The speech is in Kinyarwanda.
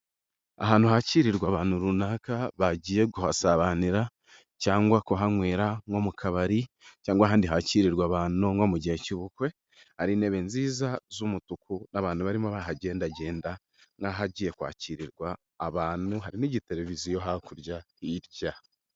Ahantu hakirirwa abantu runaka bagiye kuhasabanira, cyangwa kuhanywera nko mu kabari, cyangwa ahandi hakirirwa abantu nko mu gihe cy'ubukwe hari intebe nziza z'umutuku n'abantu barimo bahagendagenda n'ahagiye kwakirirwa abantu n'igi televiziyo hakurya hirya.